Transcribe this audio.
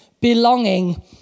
belonging